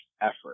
effort